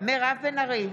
מירב בן ארי,